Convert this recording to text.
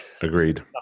agreed